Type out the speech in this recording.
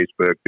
Facebook